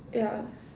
yeah